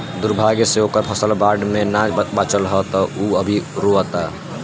दुर्भाग्य से ओकर फसल बाढ़ में ना बाचल ह त उ अभी रोओता